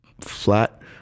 flat